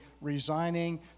resigning